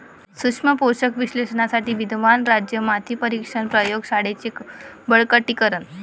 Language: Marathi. सूक्ष्म पोषक विश्लेषणासाठी विद्यमान राज्य माती परीक्षण प्रयोग शाळांचे बळकटीकरण